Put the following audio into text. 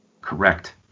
Correct